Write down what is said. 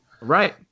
Right